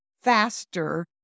faster